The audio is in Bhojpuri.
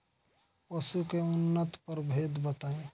पशु के उन्नत प्रभेद बताई?